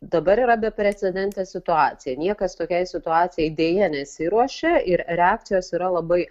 dabar yra beprecedentė situacija niekas tokiai situacijai deja nesiruošė ir reakcijos yra labai